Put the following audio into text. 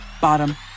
bottom